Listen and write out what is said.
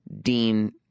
Dean